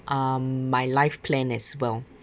um my life plan as well